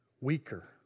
weaker